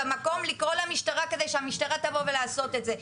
במקום לקרוא למשטרה כדי שהמשטרה תבוא ולעשות את זה.